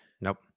Nope